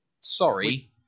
Sorry